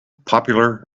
popular